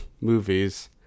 Movies